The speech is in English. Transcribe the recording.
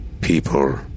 people